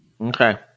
Okay